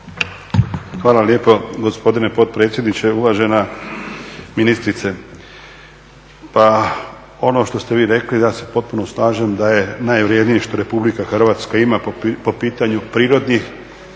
Hvala lijepo gospodine potpredsjedniče. Uvažena ministrice, pa ono što ste vi rekli ja se potpuno slažem da je najvrjednije što Republika Hrvatska ima po pitanju prirodnih,